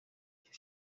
icyo